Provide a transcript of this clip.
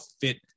fit